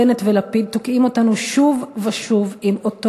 בנט ולפיד תוקעים אותנו שוב ושוב עם אותו